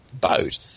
boat